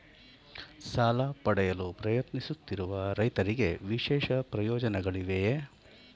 ಸಾಲ ಪಡೆಯಲು ಪ್ರಯತ್ನಿಸುತ್ತಿರುವ ರೈತರಿಗೆ ವಿಶೇಷ ಪ್ರಯೋಜನಗಳಿವೆಯೇ?